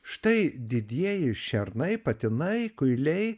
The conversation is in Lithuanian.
štai didieji šernai patinai kuiliai